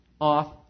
off